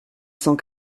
cent